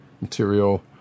material